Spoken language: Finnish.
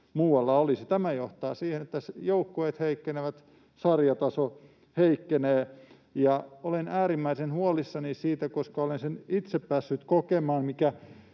Tämä johtaa siihen, että joukkueet heikkenevät, sarjataso heikkenee, ja olen äärimmäisen huolissani siitä, koska olen itse päässyt kokemaan